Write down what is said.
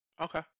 Okay